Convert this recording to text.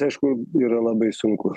aišku yra labai sunku